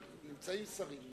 כן, אבל נמצאים שרים.